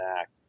Act